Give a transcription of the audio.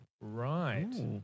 Right